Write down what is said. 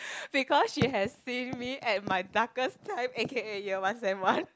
because she has saved me at my darkest time A_K_A year one sem one